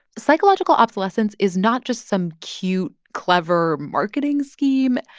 psychological obsolescence is not just some cute, clever marketing scheme.